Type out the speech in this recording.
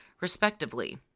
respectively